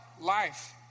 Life